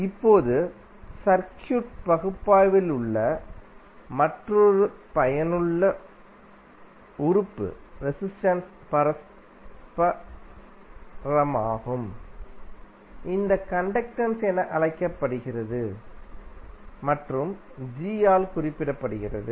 இப்போது சர்க்யூட் பகுப்பாய்வில் உள்ள மற்றொரு பயனுள்ள உறுப்பு ரெசிஸ்டென்ஸ் பரஸ்பரமாகும் இது கண்டக்டென்ஸ் என அழைக்கப்படுகிறது மற்றும் G ஆல் குறிப்பிடப்படுகிறது